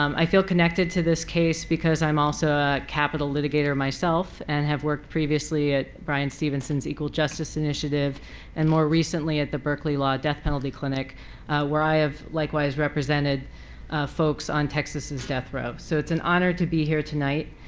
um i feel connected to this case because i'm also a capital litigator myself and have worked previously at bryan stevenson's equal justice initiative and more recently at the berkeley law death penalty clinic where i have likewise represented folks on texas' death row. so it's an honor to be here tonight.